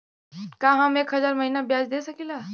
का हम एक हज़ार महीना ब्याज दे सकील?